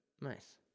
Nice